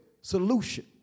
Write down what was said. solution